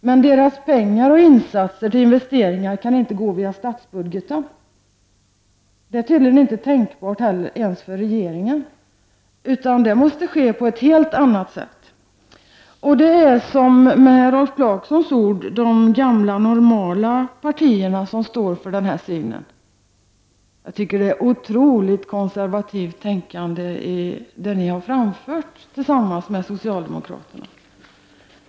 Men pengarna till investeringar kan inte gå via statsbudgeten. Det är tydligen inte tänkbart ens för regeringen. Detta måste ske på ett helt annat sätt. Det är — för att använda Rolf Clarksons ord — de gamla normala partierna som har den här synen. Det ni tillsammans med socialdemokraterna har framfört tycker jag vittnar om ett otroligt konservativt tänkande.